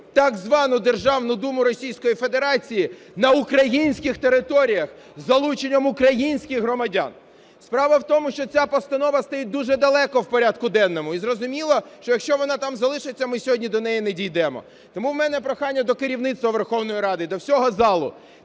так звану Державну Думу Російської Федерації на українських територіях, із залучення українських громадян. Справа в тому, що ця постанова стоїть дуже далеко в порядку денному, і зрозуміло, що якщо вона там залишиться, ми сьогодні до неї не дійдемо. Тому в мене прохання до керівництва Верховної Ради, до всього залу: